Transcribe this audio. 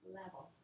level